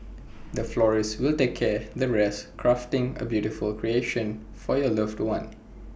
the florist will take care the rest crafting A beautiful creation for your loved one